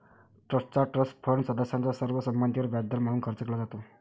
ट्रस्टचा trust fund सदस्यांच्या सर्व संमतीवर व्याजदर म्हणून खर्च केला जातो